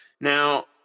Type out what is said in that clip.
Now